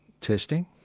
testing